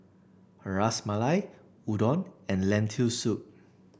Ras Malai Udon and Lentil Soup